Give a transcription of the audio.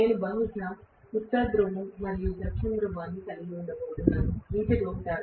నేను బహుశా ఉత్తర ధ్రువం మరియు దక్షిణ ధృవాన్ని కలిగి ఉండబోతున్నాను ఇది రోటర్